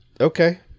Okay